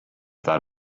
that